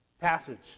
passage